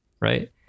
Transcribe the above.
right